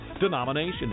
denomination